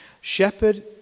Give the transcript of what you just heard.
Shepherd